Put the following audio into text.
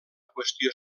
qüestió